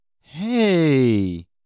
hey